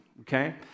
okay